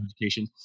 education